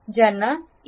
ज्यांना ई